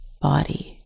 body